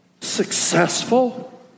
successful